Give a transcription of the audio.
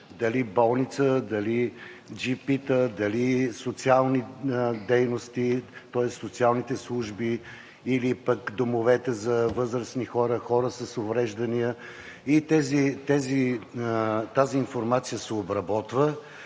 дали болница, дали джипита, дали социалните служби, или пък домовете за възрасни хора, хора с увреждания. Тази информация се обработва